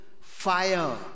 fire